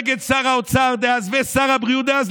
נגד שר האוצר דאז ושר הבריאות דאז,